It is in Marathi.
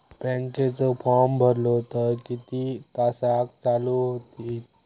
बँकेचो फार्म भरलो तर किती तासाक चालू होईत?